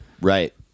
Right